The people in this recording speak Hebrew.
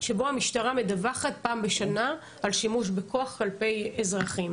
שבו המשטרה מדווחת פעם בשנה על שימוש בכוח כלפי אזרחים.